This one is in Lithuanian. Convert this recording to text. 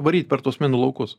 varyt per tuos minų laukus